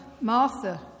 Martha